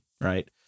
Right